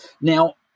now